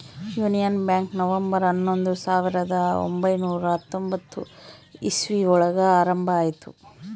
union bank November ಹನ್ನೊಂದು ಸಾವಿರದ ಒಂಬೈನುರ ಹತ್ತೊಂಬತ್ತು ಇಸ್ವಿ ಒಳಗ ಆರಂಭ ಆಯ್ತು